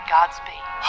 Godspeed